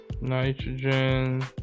Nitrogen